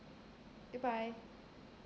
goodbye